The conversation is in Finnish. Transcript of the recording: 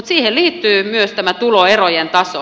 siihen liittyy myös tämä tuloerojen taso